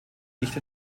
nicht